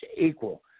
equal